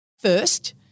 First